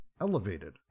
elevated